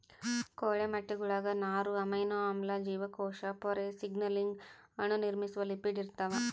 ಕೋಳಿ ಮೊಟ್ಟೆಗುಳಾಗ ನಾರು ಅಮೈನೋ ಆಮ್ಲ ಜೀವಕೋಶ ಪೊರೆ ಸಿಗ್ನಲಿಂಗ್ ಅಣು ನಿರ್ಮಿಸುವ ಲಿಪಿಡ್ ಇರ್ತಾವ